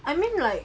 I mean like